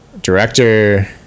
director